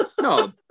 No